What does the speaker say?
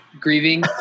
grieving